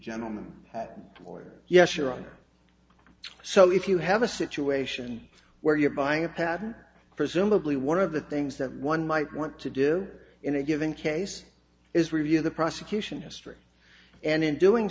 gentleman or yes your honor so if you have a situation where you're buying a patent presumably one of the things that one might want to do in a given case is review the prosecution history and in doing